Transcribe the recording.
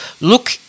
Look